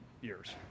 years